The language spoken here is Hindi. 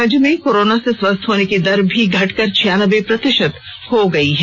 राज्य में कोरोना से स्वस्थ होने की दर भी घटकर छियानबे प्रतिशत हो गई है